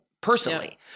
personally